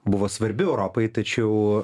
buvo svarbi europai tačiau